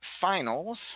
finals